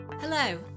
Hello